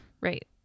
Right